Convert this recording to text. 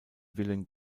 willen